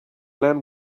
land